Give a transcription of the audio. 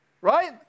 right